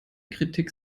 kritik